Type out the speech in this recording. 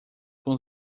com